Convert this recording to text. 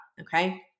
Okay